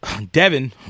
Devin